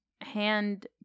hand